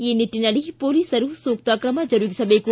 ಈ ನಿಟ್ಟನಲ್ಲಿ ಪೊಲೀಸರು ಸೂಕ್ತ ಕ್ರಮ ಜರುಗಿಸಬೇಕು